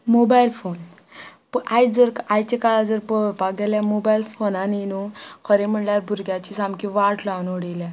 mobile phone प आयज जर आयच्या काळार जर पळोवपाक गेल्या मोबायल फोनांनी न्हू खरें म्हणल्यार भुरग्यांची सामकी वाट लावन उडयल्या